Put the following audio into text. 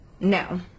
No